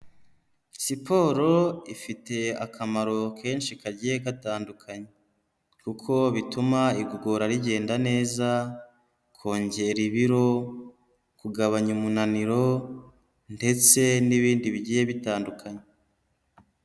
Siporo ifite akamaro kenshi kagiye gatandukanye kuko bituma igogora rigenda neza, kongera ibiro, kugabanya umunaniro ndetse n'ibindi bigiye bitandukanye.